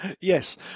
Yes